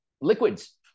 liquids